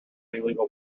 illegal